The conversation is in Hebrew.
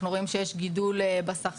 אנחנו רואים שיש גידול בשכר,